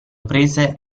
prese